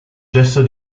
gesto